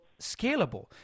scalable